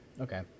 Okay